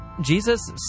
Jesus